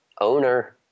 owner